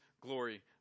glory